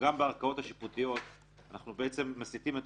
גם בערכאות השיפוטיות אנחנו מסיטים את